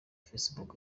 facebook